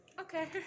Okay